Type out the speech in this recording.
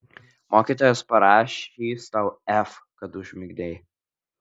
mokytojas parašys tau f kad užmigdei